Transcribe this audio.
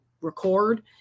record